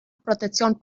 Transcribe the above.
protección